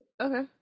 Okay